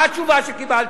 מה התשובה שקיבלתי?